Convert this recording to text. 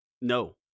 no